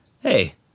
hey